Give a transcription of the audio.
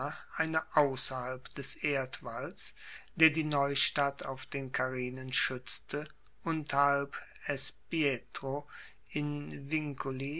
eine ausserhalb des erdwalls der die neustadt auf den carinen schuetzte unterhalb s pietro in